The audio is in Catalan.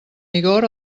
vigor